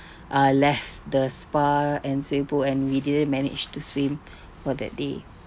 uh left the spa and swimming pool and we didn't manage to swim for that day